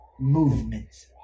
movements